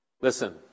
Listen